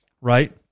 right